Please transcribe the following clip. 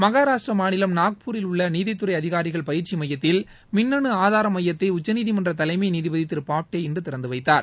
மகாராஷ்ட்டிரா மாநிலம் நாக்பூரில் உள்ள நீதித்துறை அதிகாரிகள் பயிற்சி மையத்தில் மின்னனு ஆதார மையத்தை உச்சநீதிமன்ற தலைமை நீதிபதி திரு போப்டே இன்று திறந்துவைத்தார்